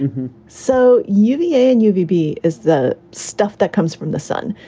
so uva and uvb is the stuff that comes from the sun.